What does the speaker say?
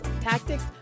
tactics